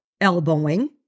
elbowing